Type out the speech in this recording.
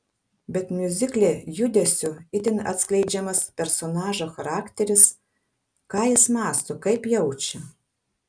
bet miuzikle judesiu itin atskleidžiamas personažo charakteris ką jis mąsto kaip jaučia